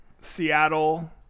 Seattle